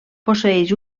posseeix